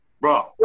Bro